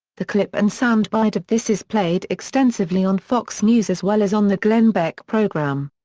the clip and sound bite of this is played extensively on fox news as well as on the glenn beck program.